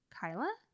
Kyla